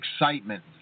excitement